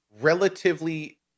relatively